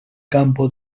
campo